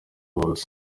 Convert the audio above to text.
bose